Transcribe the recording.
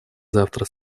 завтра